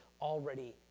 already